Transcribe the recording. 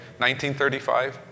1935